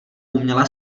uměla